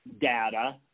data